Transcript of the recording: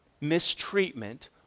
Mistreatment